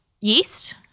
yeast